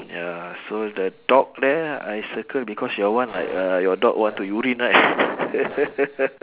ya so the top there I circle because your one like uh your dog want to urine right